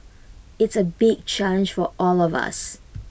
it's A big challenge for all of us